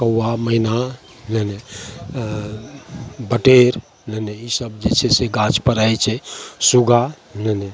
कौआ मैना मने बटेर मने ईसब जे छै से गाछपर रहै छै सुग्गा मने